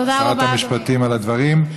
תודה רבה לשרת המשפטים על הדברים.